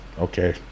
okay